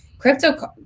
Crypto